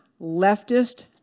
leftist